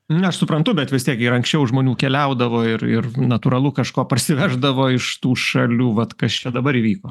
na suprantu bet vis tiek yra anksčiau žmonių keliaudavo ir ir natūralu kažko parsiveždavo iš tų šalių vat kas čia dabar įvyko